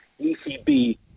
ECB